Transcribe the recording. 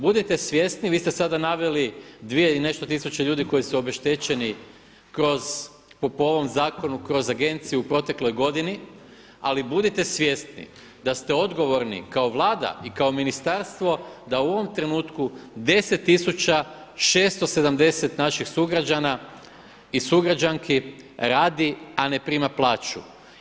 Budite svjesni vi ste sada naveli dvije i nešto tisuća ljudi koji su obeštećeni kroz po ovom zakonu kroz agenciju u protekloj godini, ali budite svjesni da ste odgovorni kao Vlada i ministarstvo da u ovom trenutku 10670 naših sugrađana i sugrađanki radi, a ne prima plaću.